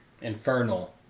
Infernal